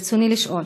רצוני לשאול: